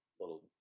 little